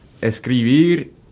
escribir